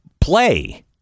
play